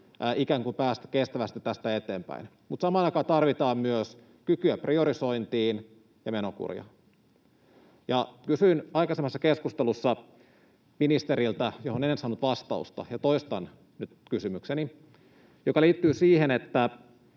ikään kuin päästä kestävästi tästä eteenpäin. Mutta samaan aikaan tarvitaan myös kykyä priorisointiin ja menokuria. Kysyin tätä aikaisemmassa keskustelussa ministeriltä, mutta en saanut vastausta, ja toistan nyt kysymykseni. Se liittyy siihen, että